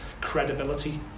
credibility